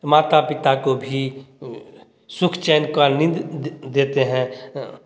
माता पिता को भी सुख चैन का नींद देते हैं